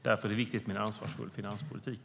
Därför är det viktigt med en ansvarsfull finanspolitik.